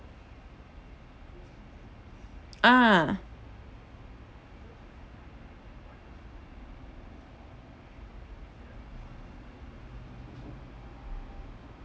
ah